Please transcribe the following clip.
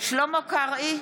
שלמה קרעי,